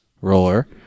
roller